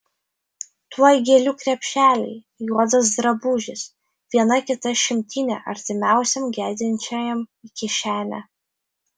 tuoj gėlių krepšeliai juodas drabužis viena kita šimtinė artimiausiam gedinčiajam į kišenę